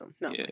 No